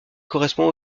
correspond